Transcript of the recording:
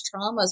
traumas